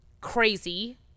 crazy